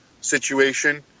situation